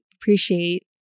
appreciate